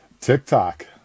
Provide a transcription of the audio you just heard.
TikTok